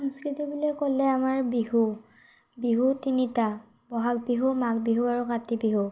সংস্কৃতি বুলি ক'লে আমাৰ বিহু বিহু তিনিটা ব'হাগ বিহু মাঘ বিহু আৰু কাতি বিহু